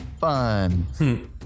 Fun